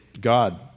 God